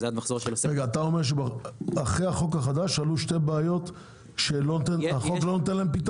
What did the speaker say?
אתה אומר שאחרי החוק החדש עלו שתי בעיות שהחוק לא נותן להן פתרון?